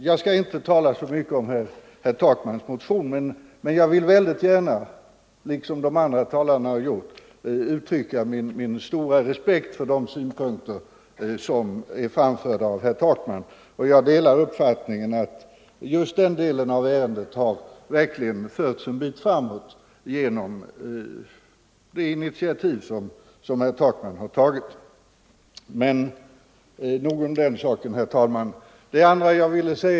Jag skall inte uppehålla mig så mycket vid herr Takmans motion, men jag vill gärna, i likhet med de tidigare talarna, uttrycka min stora respekt för de synpunkter som framförts av herr Takman. Jag delar uppfattningen att den delen av ärendet verkligen förts en bit framåt genom det initiativ som herr Takman tagit. — Nog om den saken.